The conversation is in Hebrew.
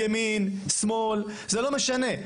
ימין או שמאל, זה לא משנה.